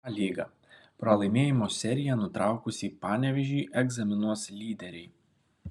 a lyga pralaimėjimų seriją nutraukusį panevėžį egzaminuos lyderiai